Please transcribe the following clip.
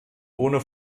ohne